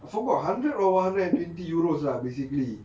I forgot a hundred or one hundred and twenty euros lah basically